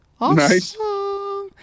Awesome